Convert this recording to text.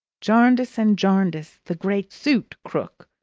jarndyce and jarndyce. the great suit, krook,